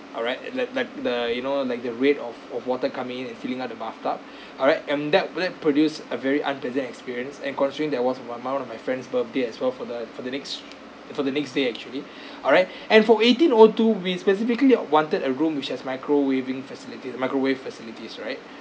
alright like like the you know like the rate of of water coming in and filling up the bathtub alright and that that produce a very unpleasant experience and considering that was one one of my friend's birthday as well for the for the next for the next day actually alright and for eighteen O two we specifically wanted a room which has microwaving facility microwave facilities right